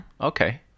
Okay